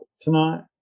tonight